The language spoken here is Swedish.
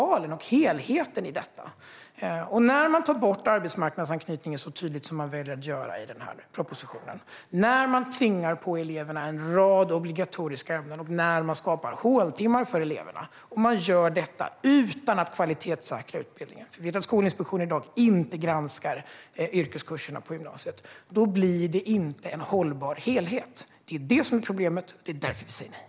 När man utan att kvalitetssäkra utbildningen, för vi vet att Skolinspektionen i dag inte granskar yrkeskurserna på gymnasiet, tar bort arbetsmarknadsanknytningen så tydligt som man väljer att göra i den här propositionen, när man tvingar på eleverna en rad obligatoriska ämnen och när man skapar håltimmar för eleverna - då blir det inte en hållbar helhet. Det är det som är problemet, och det är därför vi säger nej.